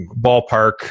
ballpark